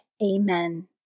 Amen